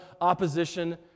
opposition